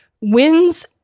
wins